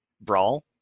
Brawl